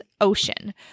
Ocean